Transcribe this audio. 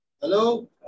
Hello